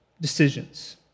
decisions